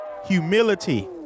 humility